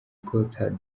ghouta